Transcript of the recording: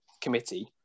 committee